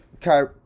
Kyrie